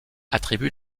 attribue